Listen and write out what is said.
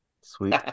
Sweet